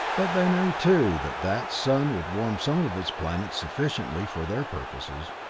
but they knew too, that that sun would warm some of its planets sufficiently for their purposes.